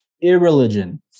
Irreligion